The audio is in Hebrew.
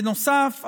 בנוסף,